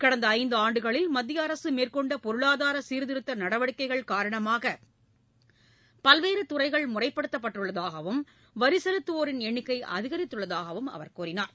கடந்த ஐந்து ஆண்டுகளில் மத்திய அரசு மேற்கொண்ட பொருளாதார சீர்திருத்த நடவடிக்கைகள் காரணமாக பல்வேறு துறைகள் முறைப்படுத்தப்பட்டுள்ளதாகவும் வரி செலுத்துவோரின் எண்ணிக்கை அதிகரித்துள்ளதாகவும் கூறினார்